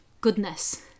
goodness